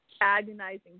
agonizing